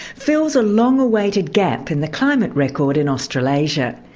fills a long-awaited gap in the climate record in australasia.